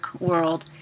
world